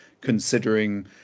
considering